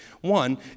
One